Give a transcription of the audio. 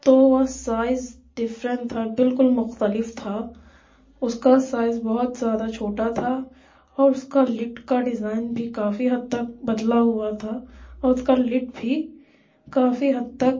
تو وہ size different تھا بالکل مختلف تھا اس کا سائز بہت زیادہ چھوٹا تھا اور اس کا لٹ کا ڈیزائن بھی کافی حد تک بدلا ہوا تھا اور اس کا لڈ بھی کافی حد تک